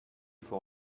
faut